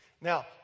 Now